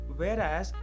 whereas